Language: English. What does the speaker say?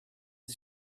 the